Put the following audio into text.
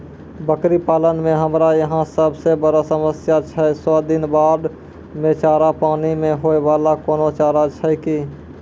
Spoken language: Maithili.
बकरी पालन मे हमरा यहाँ सब से बड़ो समस्या छै सौ दिन बाढ़ मे चारा, पानी मे होय वाला कोनो चारा छै कि?